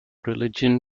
religion